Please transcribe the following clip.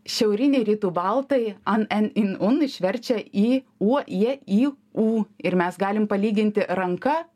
šiauriniai rytų baltai an en in un išverčia į uo ie į ū ir mes galime palyginti ranka